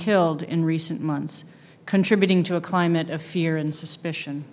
killed in recent months contributing to a climate of fear and suspicion